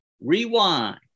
Rewind